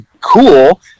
cool